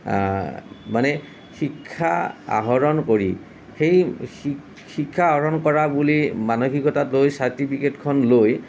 মানে শিক্ষা আহৰণ কৰি সেই শিক্ষা আহৰণ কৰা বুলি মানসিকতা লৈ চাৰ্টিফিকেটখন লৈ